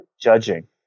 judging